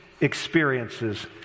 experiences